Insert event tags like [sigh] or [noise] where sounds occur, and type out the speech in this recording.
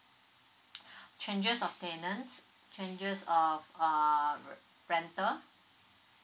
[breath] changes of tenants changes of uh r~ rental